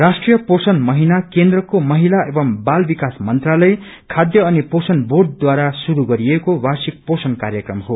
राष्ट्रिय पोषण महिना केन्द्रको महिला एवं बाल विकास मंत्रालय खाध्य अनि पोषण बोंडद्वारा शुरू गरिएको वाप्रिक पोषण काव्रक्रम हो